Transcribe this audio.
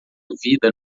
vida